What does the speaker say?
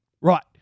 Right